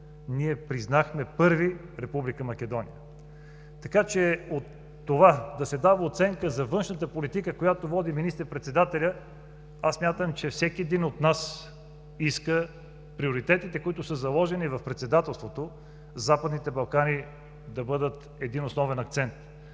ние признахме първи Република Македония. Така, че от това да се дава оценка за външната политика, която води министър-председателят, аз смятам, че всеки един от нас иска приоритетите, които са заложени в председателството – Западните Балкани да бъдат един основен акцент.